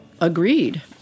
agreed